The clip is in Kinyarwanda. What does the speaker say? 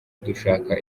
dushaka